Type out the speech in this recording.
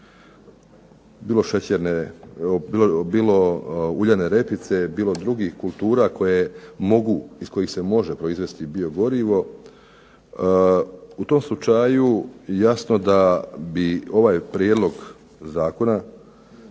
bilo šećerne, bilo uljane repice bilo drugih kultura iz kojih se može proizvesti biogorivo, u tom slučaju jasno da bi ovaj prijedlog Zakona